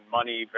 money